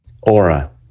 Aura